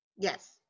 Yes